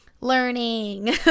Learning